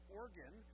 organ